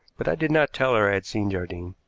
but i did not tell her i had seen jardine.